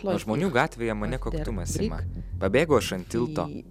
nuo žmonių gatvėje mane koktumas ima pabėgau aš ant tilto